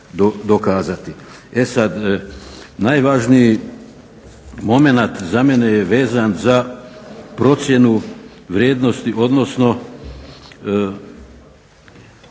E sad, najvažniji momenat za mene je vezan za procjenu vrijednosti, odnosno